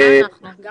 את